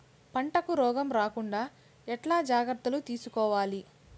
పంటకు రోగం రాకుండా ఎట్లా జాగ్రత్తలు తీసుకోవాలి?